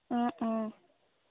অঁ অঁ